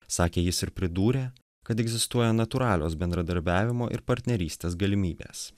sakė jis ir pridūrė kad egzistuoja natūralios bendradarbiavimo ir partnerystės galimybės